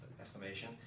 estimation